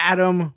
Adam